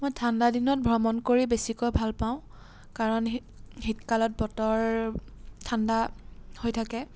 মই ঠাণ্ডাদিনত ভ্ৰমণ কৰি বেছিকৈ ভাল পাওঁ কাৰণ শীতকালত বতৰ ঠাণ্ডা হৈ থাকে